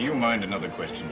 you mind another question